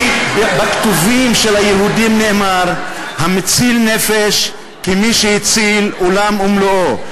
בכתובים של היהודים נאמר: המציל נפש כמי שהציל עולם ומלואו.